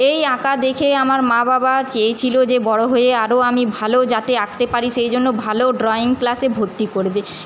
এই আঁকা দেখে আমার মা বাবা চেয়েছিলো যে বড়ো হয়ে আরও আমি ভালো যাতে আঁকতে পারি সেই জন্য ভালো ড্রয়িং ক্লাসে ভর্তি করবে